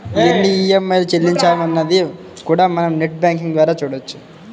ఎన్ని ఈఎంఐలు చెల్లించామన్నది కూడా మనం నెట్ బ్యేంకింగ్ ద్వారా చూడొచ్చు